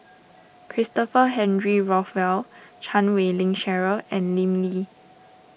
Christopher Henry Rothwell Chan Wei Ling Cheryl and Lim Lee